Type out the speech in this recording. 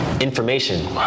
information